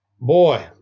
boy